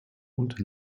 und